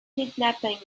kidnapping